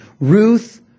Ruth